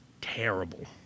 Terrible